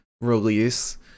release